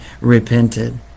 repented